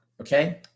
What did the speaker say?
Okay